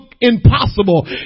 impossible